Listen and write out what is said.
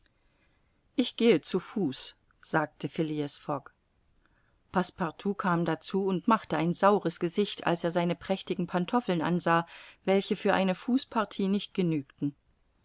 ich gehe zu fuß sagte phileas fogg passepartout kam dazu und machte ein saueres gesicht als er seine prächtigen pantoffeln ansah welche für eine fußpartie nicht genügten